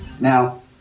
Now